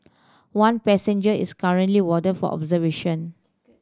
one passenger is currently warded for observation